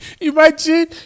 Imagine